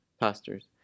pastors